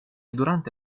durante